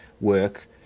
work